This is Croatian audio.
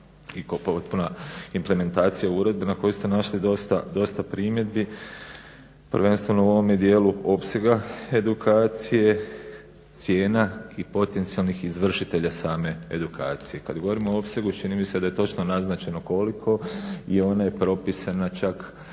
i kao potpuna implementacija uredbe na koju ste našli dosta primjedbi, prvenstveno u ovome dijelu opsega edukacije cijena i potencijalnih izvršitelja same edukacije. Kad govorimo o opsegu čini mi se da je točno naznačeno koliko i ona je propisana čak